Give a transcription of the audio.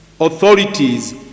authorities